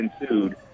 ensued